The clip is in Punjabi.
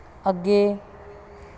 ਅੱਗੇ